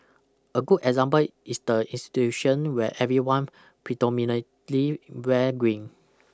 a good example is the institution where everyone predominantly wear green